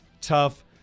tough